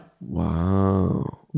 Wow